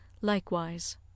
likewise